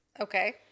Okay